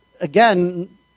again